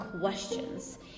questions